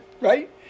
right